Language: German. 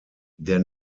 der